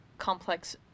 complex